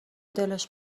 دلش